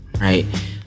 right